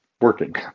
working